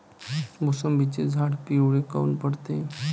मोसंबीचे झाडं पिवळे काऊन पडते?